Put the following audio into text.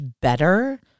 better